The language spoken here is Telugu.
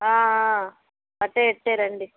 అట్లే అట్లే రండి